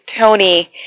Tony